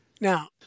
now